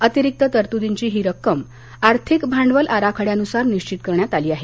अतिरिक्त तरतूदींची ही रक्कम आर्थिक भांडवल आराखड्यानुसार निश्वित करण्यात आली आहे